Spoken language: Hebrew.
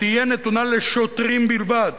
תהיה נתונה לשוטרים בלבד,